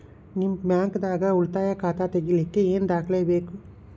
ನಿಮ್ಮ ಬ್ಯಾಂಕ್ ದಾಗ್ ಉಳಿತಾಯ ಖಾತಾ ತೆಗಿಲಿಕ್ಕೆ ಏನ್ ದಾಖಲೆ ಬೇಕು?